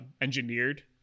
engineered